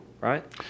right